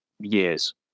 years